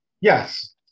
Yes